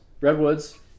Redwoods